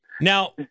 now